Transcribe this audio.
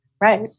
Right